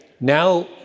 now